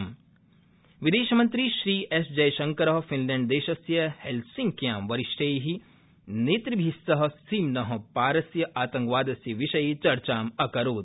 विद्यामन्त्री विदेशमन्त्री श्री एस जयशड़कर फिनलैण डेशस्य हेलसिंक्यां वरिष्ठै नेतृभिस्सह सीम्न पारस्य आतड़कवादस्य विषये चर्चाम् अकरोत्